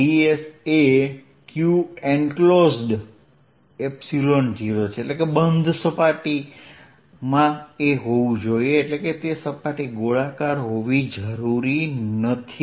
ds એ q enclosed0 છે તે સપાટી ગોળાકાર હોવી જરૂરી નથી